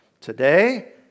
today